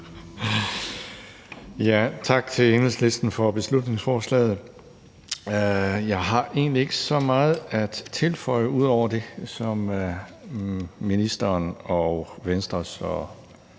Tak til Enhedslisten for beslutningsforslaget. Jeg har egentlig ikke så meget at tilføje til det, som ministeren og som Venstres og